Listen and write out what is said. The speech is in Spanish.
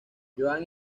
joan